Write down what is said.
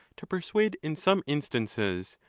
to persuade in some instances,